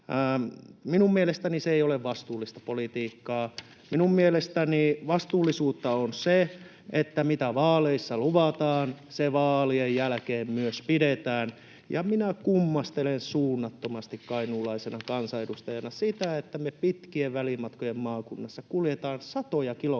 Minun mielestäni se ei ole vastuullista politiikkaa. Minun mielestäni vastuullisuutta on se, että mitä vaaleissa luvataan, se vaalien jälkeen myös pidetään. Ja minä kummastelen suunnattomasti kainuulaisena kansanedustajana sitä, että kun me pitkien välimatkojen maakunnassa kuljetaan satoja kilometrejä